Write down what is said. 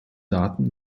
daten